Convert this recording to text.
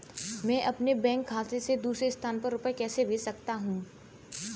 मैं अपने बैंक खाते से दूसरे स्थान पर रुपए कैसे भेज सकता हूँ?